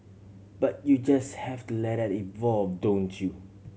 but you just have to let that evolve don't you